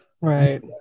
Right